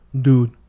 dude